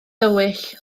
dywyll